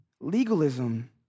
legalism